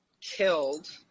killed